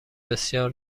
بسیار